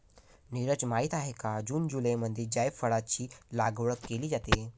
नीरज माहित आहे का जून जुलैमध्ये जायफळाची लागवड केली जाते